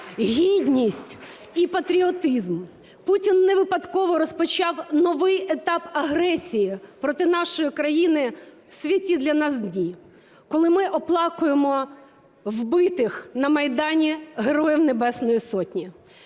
гідність і патріотизм. Путін невипадково розпочав новий етап агресії проти нашої країни в святі для нас дні, коли ми оплакуємо вбитих на Майдані Героїв Небесної Сотні.